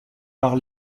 par